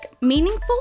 Meaningful